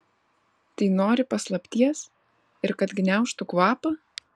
tai nori paslapties ir kad gniaužtų kvapą